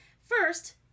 First